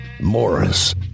morris